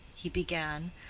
he began,